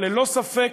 אבל ללא ספק,